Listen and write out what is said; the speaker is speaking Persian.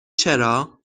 چرا